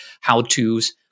how-tos